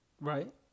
right